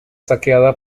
saqueada